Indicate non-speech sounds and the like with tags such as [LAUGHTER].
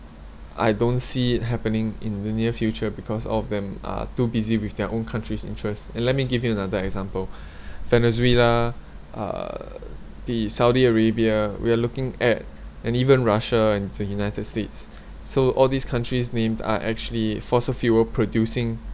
I don't see it happening in the near future because all of them are too busy with their own countries' interest and let me give you another example [BREATH] venezuela uh the saudi arabia we're looking at and even russia and the united states so all these countries' names are actually fossil fuel producing